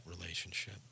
relationship